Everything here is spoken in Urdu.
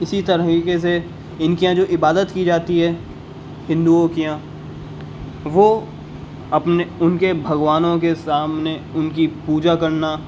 اسی طریقے سے ان کے یہاں جو عبادت کی جاتی ہے ہندؤوں کے یہاں وہ اپنے ان کے بھگوانوں کے سامنے ان کی پوجا کرنا